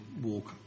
walk